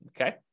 Okay